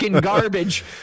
garbage